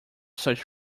such